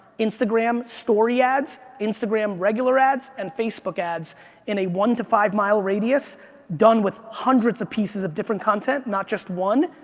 instagram story ads, instagram regular ads, and facebook ads in a one to five mile radius done with hundreds of pieces of different content, not just one,